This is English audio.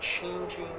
changing